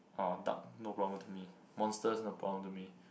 uh dark no problem to me monsters no problem to me